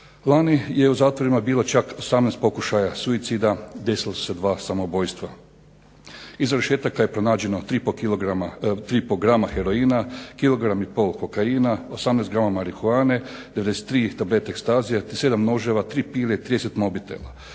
Lani je u zatvorima bilo čak 18 pokušaja suicida, desila su se 2 samoubojstva. Iza rešetaka je pronađeno 3,5 kilograma, 3,5 grama heroina, 1,5 kilogram kokaina, 18 grama marihuane, 93 tablete ekstazija, te 7 noževa, 3 pile, 30 mobitela.